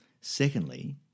Secondly